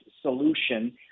solution